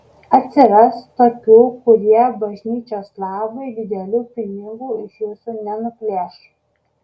atsiras tokių kurie bažnyčios labui didelių pinigų iš jūsų nenuplėš